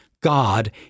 God